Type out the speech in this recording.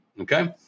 Okay